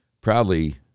proudly